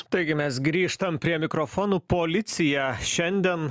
taigi mes grįžtam prie mikrofonų policija šiandien